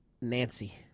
Nancy